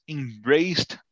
embraced